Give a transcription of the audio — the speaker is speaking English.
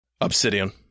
Obsidian